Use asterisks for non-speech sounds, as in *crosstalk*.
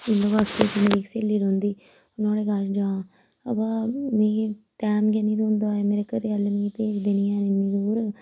*unintelligible* मेरी इक स्हेली रौंह्दी नुहाड़े कश जां आवा मी टैम गै नि होंदा मेरे घरै आह्ले मिगी भेजदे नी हैन इन्नी दूर